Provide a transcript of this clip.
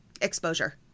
exposure